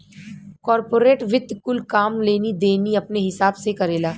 corporate वित्त कुल काम लेनी देनी अपने हिसाब से करेला